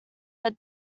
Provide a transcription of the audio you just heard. that